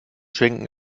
schenken